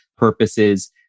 purposes